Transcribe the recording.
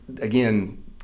again